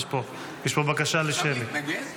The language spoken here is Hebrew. יש פה בקשה לשמית.